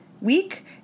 week